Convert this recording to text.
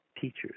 teachers